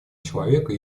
человека